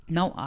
Now